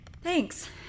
Thanks